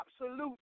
absolute